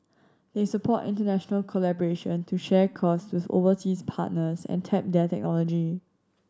they support international collaboration to share costs with overseas partners and tap their technology